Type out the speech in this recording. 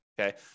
okay